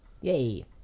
Yay